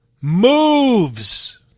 moves